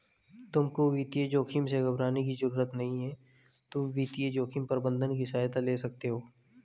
तुमको वित्तीय जोखिम से घबराने की जरूरत नहीं है, तुम वित्तीय जोखिम प्रबंधन की सहायता ले सकते हो